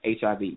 HIV